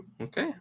Okay